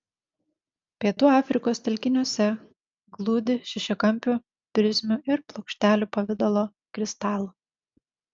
pietų afrikos telkiniuose glūdi šešiakampių prizmių ir plokštelių pavidalo kristalų